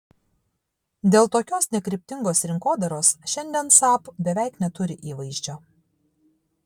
dėl tokios nekryptingos rinkodaros šiandien saab beveik neturi įvaizdžio